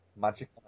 Magic